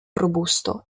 robusto